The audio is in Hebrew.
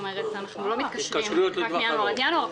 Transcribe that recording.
אנחנו לא מתקשרים מינואר עד ינואר,